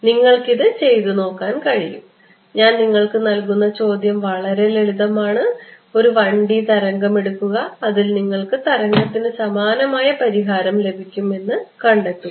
നിങ്ങൾക്ക് ഇത് ചെയ്തു നോക്കാൻ കഴിയും ഞാൻ നിങ്ങൾക്ക് നൽകുന്ന ചോദ്യം വളരെ ലളിതമാണ് ഒരു 1D തരംഗം എടുക്കുക അതിൽ നിങ്ങൾക്ക് തരംഗത്തിനു സമാനമായ പരിഹാരം ലഭിക്കും എന്ന് കണ്ടെത്തുക